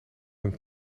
een